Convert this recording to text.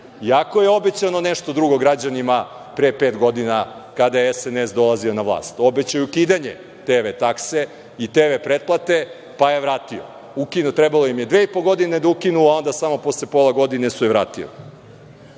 iako je obećano nešto drugo građanima pre pet godina kada je SNS dolazio na vlast. Obećano je ukidanje TV takse i TV pretplate, pa je vraćeno. Trebalo im je dve i po godine da ukinu, a onda samo posle pola godine su vratili. Zakon